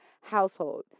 household